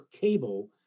cable